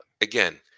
again